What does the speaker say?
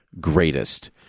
greatest